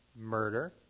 murder